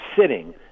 sitting